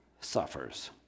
suffers